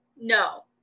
no